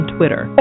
Twitter